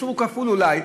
איסור כפול אולי,